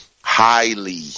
Highly